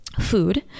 food